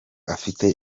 afite